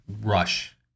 Rush